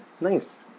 Nice